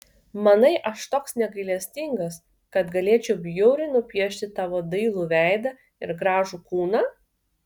manai aš toks negailestingas kad galėčiau bjauriai nupiešti tavo dailų veidą ir gražų kūną